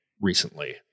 recently